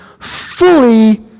fully